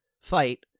fight